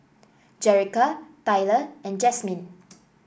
Jerica Tyler and Jasmyne